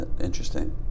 interesting